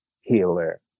healer